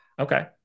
Okay